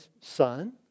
son